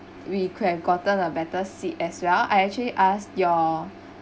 we could have gotten a better seat as well I actually ask your